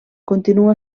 continua